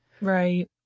Right